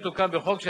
אולי תציג למליאה,